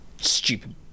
stupid